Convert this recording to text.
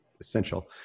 essential